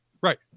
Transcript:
Right